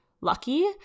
lucky